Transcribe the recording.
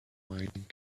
mining